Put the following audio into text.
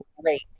great